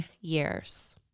years